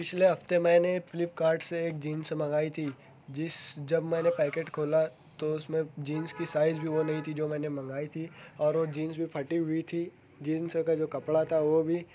پچھلے ہفتے میں نے فلپکارٹ سے ایک جینس منگائی تھی جس جب میں نے پیکٹ کھولا تو اس میں جینس کی سائز بھی وہ نہیں تھی جو میں نے منگائی تھی اور وہ جینس بھی پھٹی ہوئی تھی جینس کا جو کپڑا تھا وہ بھی